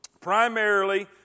primarily